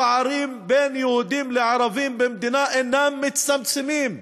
הפערים בין יהודים לערבים במדינה אינם מצטמצמים,